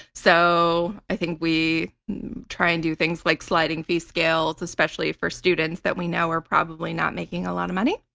so i think we try and do things like sliding fee scales, especially for students that we know are probably not making a lot of money.